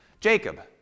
Jacob